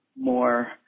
more